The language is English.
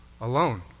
alone